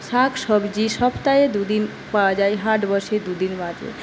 শাকসবজি সপ্তাহে দুদিন পাওয়া যায় হাট বসে দুদিন মাত্র